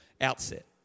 outset